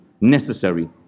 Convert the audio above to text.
necessary